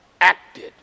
acted